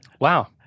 Wow